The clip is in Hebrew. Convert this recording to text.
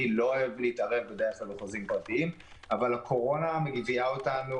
אני בדרך כלל לא אוהב להתערב בחוזים פרטיים אבל הקורונה וגם